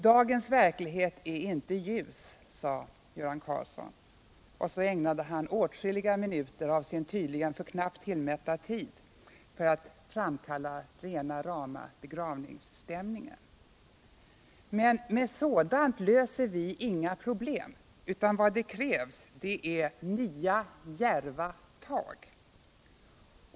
Dagens verklighet är inte ljus, sade Göran Karlsson. Och så ägnade han åtskilliga minuter av sin tydligen för knappt tillmätta tid till att framkalla rena rama begravningsstämningen. Men med sådant löser vi inga problem, utan vad som krävs är nya, djärva tag.